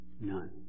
None